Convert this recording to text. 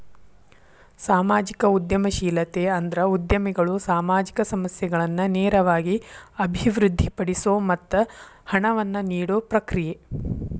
ಸಾಮಾಜಿಕ ಉದ್ಯಮಶೇಲತೆ ಅಂದ್ರ ಉದ್ಯಮಿಗಳು ಸಾಮಾಜಿಕ ಸಮಸ್ಯೆಗಳನ್ನ ನೇರವಾಗಿ ಅಭಿವೃದ್ಧಿಪಡಿಸೊ ಮತ್ತ ಹಣವನ್ನ ನೇಡೊ ಪ್ರಕ್ರಿಯೆ